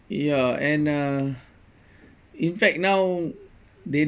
ya and uh in fact now they